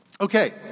Okay